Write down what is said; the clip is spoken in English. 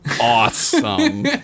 awesome